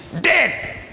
dead